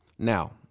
Now